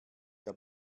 der